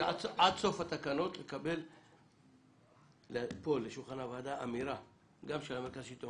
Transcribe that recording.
עד סוף התקנות לקבל לשולחן הוועדה אמירה גם של מרכז השלטון